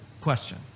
question